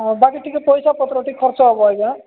ହଁ ବାକି ଟିକେ ପଇସା ପତ୍ର ଟିକେ ଖର୍ଚ୍ଚ ହବ ଆଜ୍ଞା